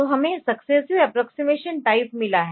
तो हमें successive approximation type मिला है